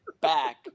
back